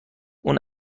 اون